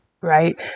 right